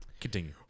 Continue